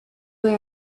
were